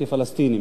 כפלסטינים.